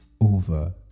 over